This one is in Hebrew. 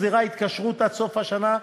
הוסדרה ההתקשרות עד סוף השנה,